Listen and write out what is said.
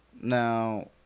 Now